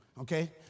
okay